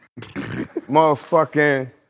Motherfucking